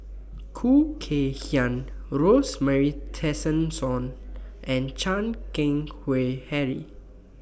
Khoo Kay Hian Rosemary Tessensohn and Chan Keng Howe Harry